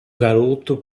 garoto